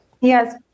Yes